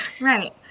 Right